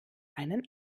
einen